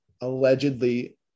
allegedly